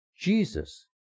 Jesus